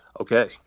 Okay